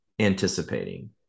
anticipating